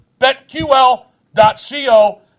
Betql.co